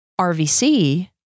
RVC